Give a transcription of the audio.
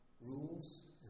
rules